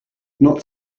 not